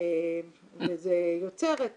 וזה יוצר את